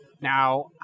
now